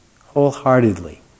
wholeheartedly